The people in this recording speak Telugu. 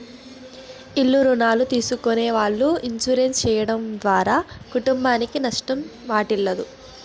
ఇల్ల రుణాలు తీసుకునే వాళ్ళు ఇన్సూరెన్స్ చేయడం ద్వారా కుటుంబానికి నష్టం వాటిల్లదు